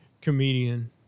comedian